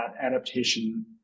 adaptation